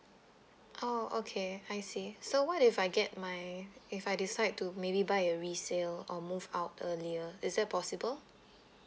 oh okay I see so what if I get my if I decide to maybe buy a resale or move out earlier is that possible